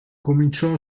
cominciò